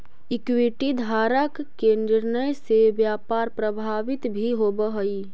equity धारक के निर्णय से व्यापार प्रभावित भी होवऽ हइ